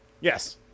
Yes